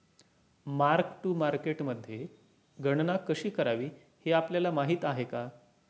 Mark to मार्केटमध्ये गणना कशी करावी हे आपल्याला माहित आहे का?